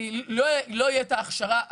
לא תהיה את ההכשרה הזהה?